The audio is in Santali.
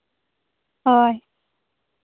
ᱦᱳᱭ